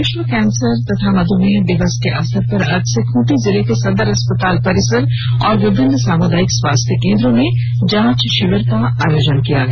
विश्व कैंसर एवं मधुमेह दिवस के अवसर पर आज से खूंटी जिले के सदर अस्पताल परिसर और विभिन्न सामुदायिक स्वास्थ्य केंद्रो में जांच शिविर का आयोजन किया गया